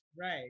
Right